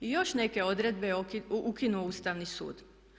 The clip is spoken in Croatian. I još neke odredbe je ukinuo Ustavni sud.